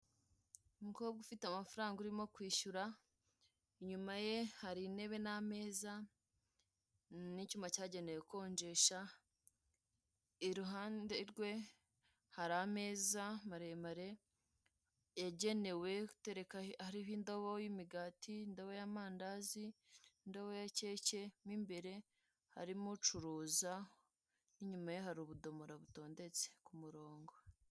Umukobwa ufite amafaranga urimo kwishyura, inyuma ye hari intebe n'ameza, n'icyuma cyagenewe gukonjesha. Iruhande rwe hari ameza maremare yagenewe guterekaho. Hariho indobo y'imigati, iy'amandazi, indobo ya Keke. Mo imbere harimo ucuruza, n'inyuma ye hari ubudomora butondetse ku murongo.